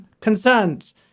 concerns